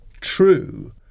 true